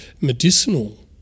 medicinal